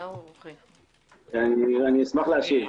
אשמח להשיב.